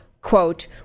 quote